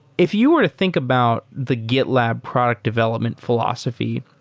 if you were to think about the gitlab product development philosophy,